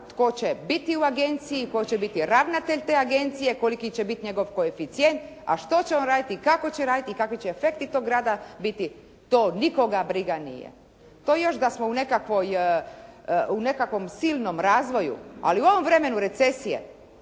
tko će biti u Agenciji, tko će biti ravnatelj, koliki će bit njegov koeficijent, a što će on raditi i kako će raditi i kakvi će efekti tog rada biti, to nikoga briga nije. To još da smo u nekakvom silnom razvoju, ali u ovom vremenu recesije